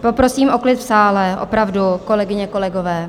Poprosím o klid v sále, opravdu, kolegyně, kolegové.